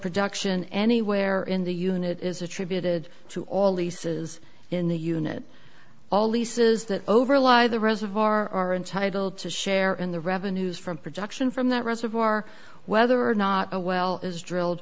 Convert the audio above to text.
production anywhere in the unit is attributed to all leases in the unit all leases that over a lot of the reservoir are in title to share in the revenues from production from that reservoir whether or not a well is drilled